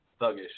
thuggish